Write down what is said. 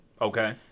Okay